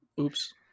Oops